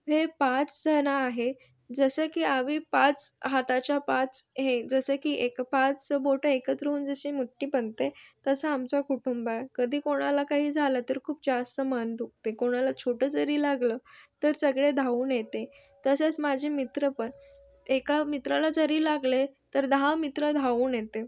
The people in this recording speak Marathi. हे पाच जण आहे जसं की आम्ही पाच हाताच्या पाच हे जसं की एक पाच बोटं एकत्र होऊन जशी मुठ्ठी बनते तसं आमचं कुटुंब आहे कधी कोणाला काही झालं तर खूप जास्त मान दुखते कुणाला छोटं जरी लागलं तर सगळे धावून येते तसेच माझे मित्र पण एका मित्राला जरी लागले तर दहा मित्र धावून येते